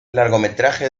largometraje